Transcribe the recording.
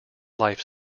life